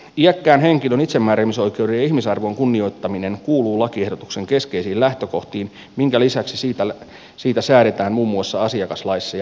iäkkään henkilön itsemääräämisoikeuden ja ihmisarvon kunnioittaminen kuuluu lakiehdotuksen keskeisiin lähtökohtiin minkä lisäksi siitä säädetään muun muassa asiakaslaissa ja potilaslaissa